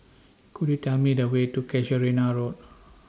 Could YOU Tell Me The Way to Casuarina Road